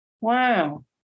wow